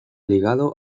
ligado